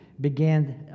began